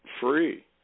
free